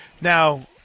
now